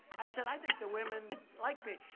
i said, i think the women like me.